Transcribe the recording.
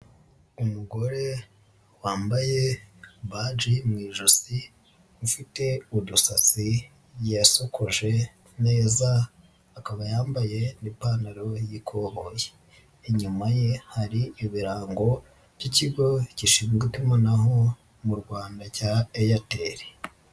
Umugore wambaye baji mu ijosi ufite udusatsi yasokoje neza akaba yambaye n'ipantaro y'ikoboyi, inyuma ye hari ibirango by'ikigo gishinzwe itumanaho mu Rwanda cya Airtel.